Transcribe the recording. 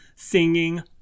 singing